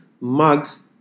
mugs